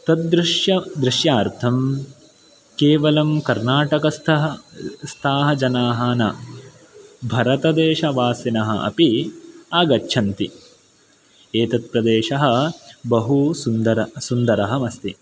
तदृश्य दृश्यार्थं केवलं कर्नाटकस्थः स्थाः जनाः न भारतदेशवासिनः अपि आगच्छन्ति एतत्प्रदेशः बहुसुन्दर सुन्दरमस्ति